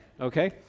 Okay